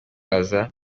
aza